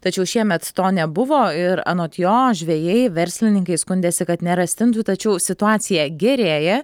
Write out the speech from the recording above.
tačiau šiemet to nebuvo ir anot jo žvejai verslininkai skundėsi kad nėra stintų tačiau situacija gerėja